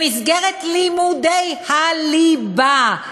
במסגרת לימודי הליבה?